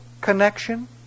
connection